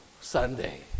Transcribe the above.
Sunday